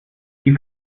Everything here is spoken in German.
die